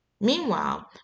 Meanwhile